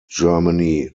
germany